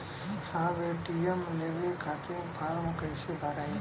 साहब ए.टी.एम लेवे खतीं फॉर्म कइसे भराई?